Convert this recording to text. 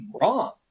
wrong